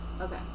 Okay